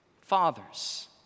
fathers